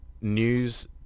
news